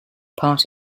part